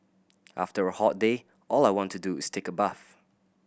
after a hot day all I want to do is take a bath